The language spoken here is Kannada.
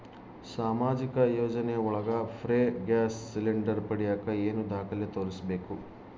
ಸಾಮಾಜಿಕ ಯೋಜನೆ ಒಳಗ ಫ್ರೇ ಗ್ಯಾಸ್ ಸಿಲಿಂಡರ್ ಪಡಿಯಾಕ ಏನು ದಾಖಲೆ ತೋರಿಸ್ಬೇಕು?